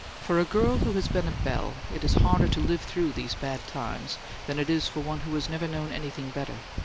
for a girl who has been a belle, it is harder to live through these bad times than it is for one who has never known anything better.